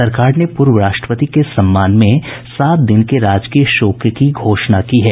सरकार ने पूर्व राष्ट्रपति के सम्मान में सात दिन के राजकीय शोक की घोषणा की है